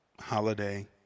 holiday